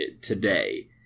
today